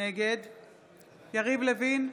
נגד יריב לוין,